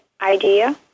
idea